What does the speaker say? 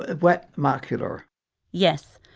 ah wet macular yes,